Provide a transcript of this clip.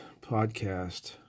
podcast